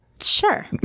Sure